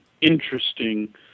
interesting